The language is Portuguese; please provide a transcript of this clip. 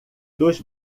dos